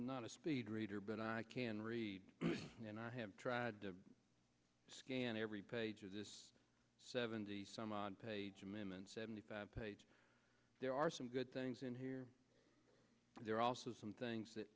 not a speed reader but i can read and i have tried to scan every page of this seventy some odd page from him and seventy five pages there are some good things in here there are also some things that